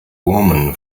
woman